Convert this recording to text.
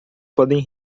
podem